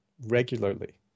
regularly